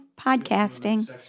podcasting